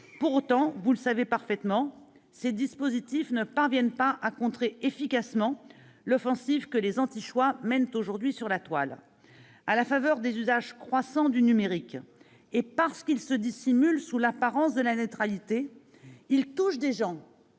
Pour autant, vous le savez parfaitement, ces dispositifs ne parviennent pas à contrer efficacement l'offensive que les anti-choix mènent sur la Toile. À la faveur des usages croissants du numérique, et parce qu'ils se dissimulent sous l'apparence de la neutralité, ces sites touchent des